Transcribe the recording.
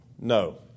No